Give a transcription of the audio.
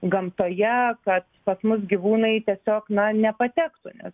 gamtoje pats pas mus gyvūnai tiesiog na nepatektų nes